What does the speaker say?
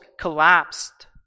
collapsed